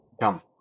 Come